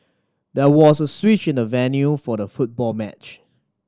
there was a switch in the venue for the football match